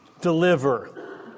deliver